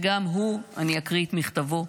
גם הוא, אני אקריא את מכתבו.